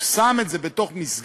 הוא שם את זה בתוך מסגרת,